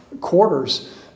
quarters